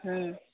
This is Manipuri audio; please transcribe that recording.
ꯎꯝ